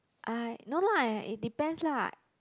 I no lah it depends lah